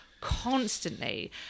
Constantly